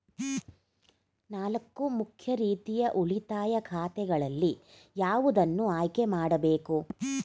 ನಾಲ್ಕು ಮುಖ್ಯ ರೀತಿಯ ಉಳಿತಾಯ ಖಾತೆಗಳಲ್ಲಿ ಯಾವುದನ್ನು ಆಯ್ಕೆ ಮಾಡಬೇಕು?